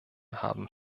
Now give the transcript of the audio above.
haben